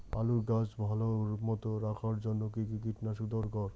আলুর গাছ ভালো মতো রাখার জন্য কী কী কীটনাশক দরকার?